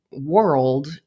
World